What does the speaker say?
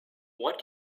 what